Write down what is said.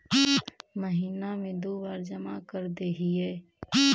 महिना मे दु बार जमा करदेहिय?